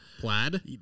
plaid